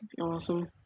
Awesome